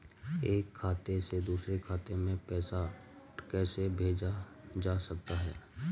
एक खाते से दूसरे खाते में पैसा कैसे भेजा जा सकता है?